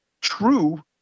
true